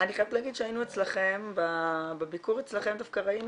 אני חייבת להגיד שהיינו אצלכם בביקור דווקא ראינו